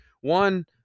One